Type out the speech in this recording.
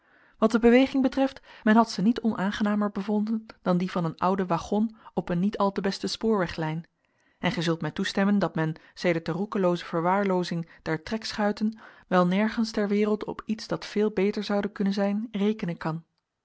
wat de beweging betreft men had ze niet onaangenamer bevonden dan die van een oude waggon op een niet al te besten spoorweglijn en gij zult mij toestemmen dat men sedert de roekelooze verwaarloozing der trekschuiten wel nergens ter wereld op iets dat veel beter zoude kunnen zijn rekenen kan